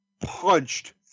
punched